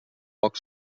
poc